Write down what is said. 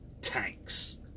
tanks